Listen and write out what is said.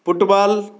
football